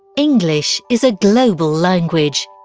english is a global language.